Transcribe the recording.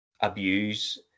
abuse